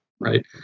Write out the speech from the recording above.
Right